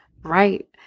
right